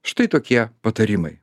štai tokie patarimai